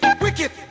wicked